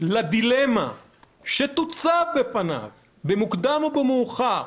לדילמה שתוצב בפניו במוקדם או במאוחר,